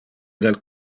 del